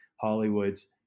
Hollywood's